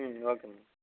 okay madam